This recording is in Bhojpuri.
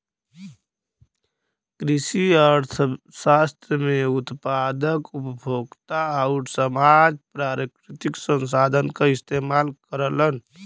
कृषि अर्थशास्त्र में उत्पादक, उपभोक्ता आउर समाज प्राकृतिक संसाधन क इस्तेमाल करलन